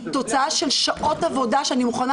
היא תוצאה של שעות עבודה שאני מוכנה